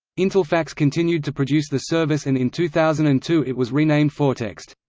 intelfax continued to produce the service and in two thousand and two it was renamed fourtext.